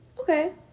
okay